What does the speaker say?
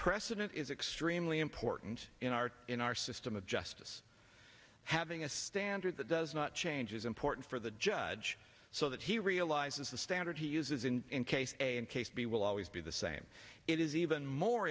precedent is extremely important in our in our system of justice having a standard that does not change is important for the judge so that he realizes the standard he uses in case a and case b will always be the same it is even more